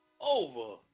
over